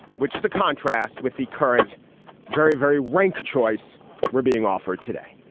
which is a contrast with the current very, very ranked choice we're being offered today